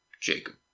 jacob